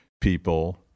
people